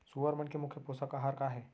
सुअर मन के मुख्य पोसक आहार का हे?